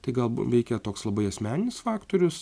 tai gal veikia toks labai asmeninis faktorius